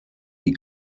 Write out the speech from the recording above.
die